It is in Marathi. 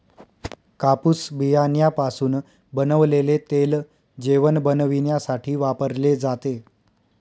कापूस बियाण्यापासून बनवलेले तेल जेवण बनविण्यासाठी वापरले जाते